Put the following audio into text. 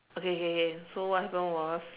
okay okay okay so what happened was